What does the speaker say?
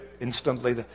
instantly